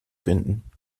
finden